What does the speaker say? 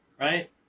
right